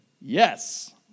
yes